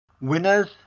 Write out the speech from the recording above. winners